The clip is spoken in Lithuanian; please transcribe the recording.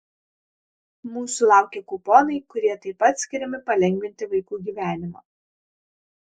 mūsų laukia kuponai kurie taip pat skiriami palengvinti vaikų gyvenimą